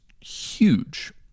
huge